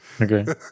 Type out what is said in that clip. Okay